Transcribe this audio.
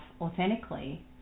authentically